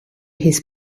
his